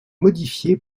modifiée